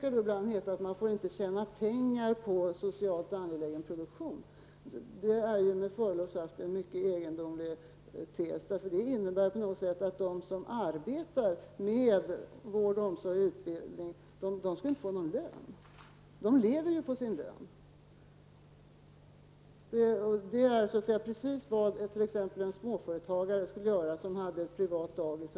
Det heter ibland att man inte får tjäna pengar på socialt angelägen prodouktion. Men det är, med förlov sagt, en mycket egendomlig tes. Det innebär på något sätt att den som arbetar med vård, omsorg och utbildning inte skall ha någon lön. Men det är ju på lönen som man lever. Jämför med vad t.ex. en småföretagare skulle göra som har ett privat dagis.